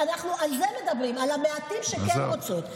אנחנו על זה מדברים, על המעטות שכן רוצות.